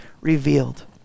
revealed